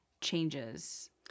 changes